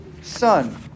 son